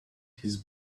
his